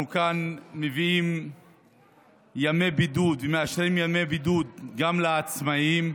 אנחנו כאן מביאים ימי בידוד ומאשרים ימי בידוד גם לעצמאים,